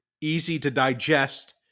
easy-to-digest